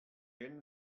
hyn